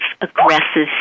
aggressive